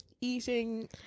eating